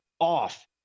off